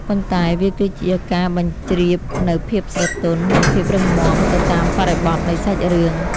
ប៉ុន្តែវាគឺជាការបញ្ជ្រាបនូវភាពស្រទន់ និងភាពរឹងមាំទៅតាមបរិបទនៃសាច់រឿង។